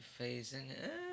phasing